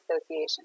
Association